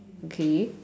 okay